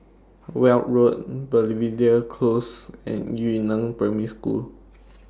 Weld Road Belvedere Close and Yu Neng Primary School